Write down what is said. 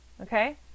okay